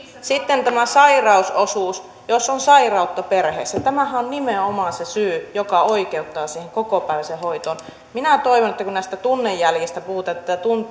sitten tämä sairausosuus jos on sairautta perheessä tämähän on on nimenomaan se syy joka oikeuttaa siihen kokopäiväiseen hoitoon kun näistä tunnejäljistä puhutaan